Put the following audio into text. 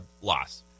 loss